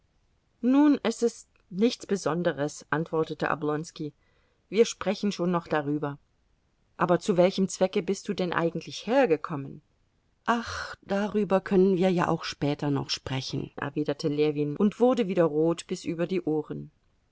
nun es ist nichts besonderes antwortete oblonski wir sprechen schon noch darüber aber zu welchem zwecke bist du denn eigentlich hergekommen ach darüber können wir ja auch später noch sprechen erwiderte ljewin und wurde wieder rot bis über die ohren